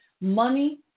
money